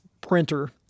printer